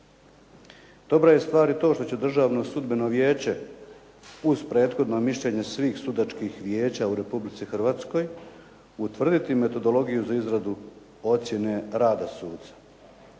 Dobra je stvar i to što će Državno sudbeno vijeće, uz prethodno mišljenje svih sudačkih vijeća u Republici Hrvatsku, utvrditi metodologiju za izradu ocjene rada suca.